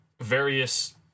various